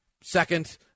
second –